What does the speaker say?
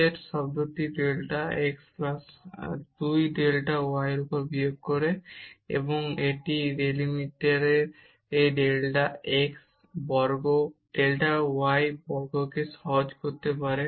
এই dz টার্মটি delta x plus 2 delta y থেকে বিয়োগ করে এবং এটি এই ডেলিমেন্টারে ডেল্টা x বর্গ ডেল্টা y বর্গকে সহজ করতে পারে